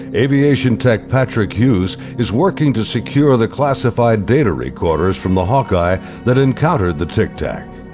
aviation tech patrick hughes is working to secure the classified data recorders from the hawkeye that encountered the tic tac.